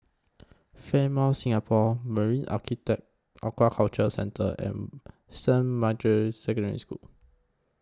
Fairmont Singapore Marine Aquaculture Centre and Saint Margaret's Secondary School